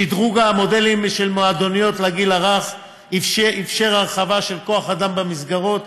שדרוג המודלים של מועדוניות לגיל הרך אפשר הרחבה של כוח אדם במסגרות,